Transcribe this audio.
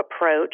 approach